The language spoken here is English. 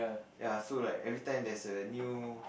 ya so like every time there's a new